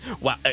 Wow